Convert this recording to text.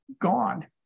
gone